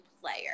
player